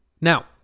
Now